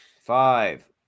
Five